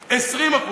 20%,